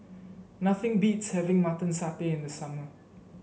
nothing beats having Mutton Satay in the summer